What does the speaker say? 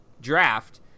draft